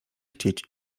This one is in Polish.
chcieć